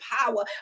power